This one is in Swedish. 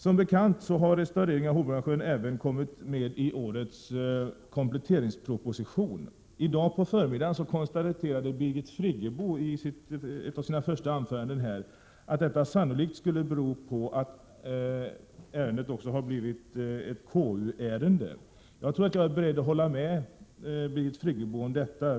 Som bekant har restaureringen av Hornborgasjön kommit med i årets kompletteringsproposition. I dag på förmiddagen konstaterade Birgit Friggebo i ett av sina första anföranden att detta sannolikt skulle bero på att ärendet också blivit ett KU-ärende. Jag är beredd att hålla med henne om detta.